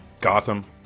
Gotham